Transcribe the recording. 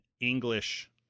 english